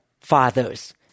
Fathers